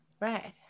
Right